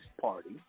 Party